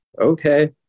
Okay